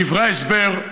בדברי ההסבר,